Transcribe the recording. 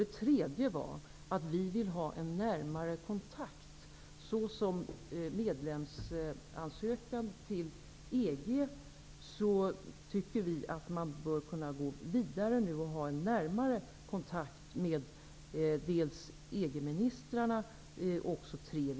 Det tredje var att vi ville ha en närmare kontakt. Genom medlemsansökan till EG bör vi nu kunna gå vidare och ha en närmare kontakt med bl.a. EG ministrarna och Trevi.